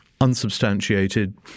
unsubstantiated